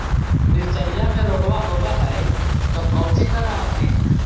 मिर्चया मे रोग्बा होब है तो कौची कर हखिन?